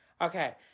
okay